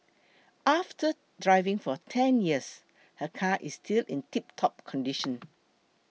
after driving for ten years her car is still in tiptop condition